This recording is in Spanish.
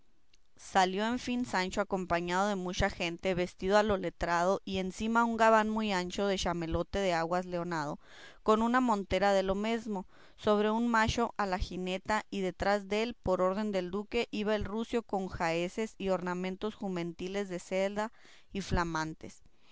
salió en fin sancho acompañado de mucha gente vestido a lo letrado y encima un gabán muy ancho de chamelote de aguas leonado con una montera de lo mesmo sobre un macho a la jineta y detrás dél por orden del duque iba el rucio con jaeces y ornamentos jumentiles de seda y flamantes